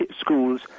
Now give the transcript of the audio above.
schools